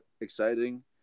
exciting